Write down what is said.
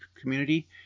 community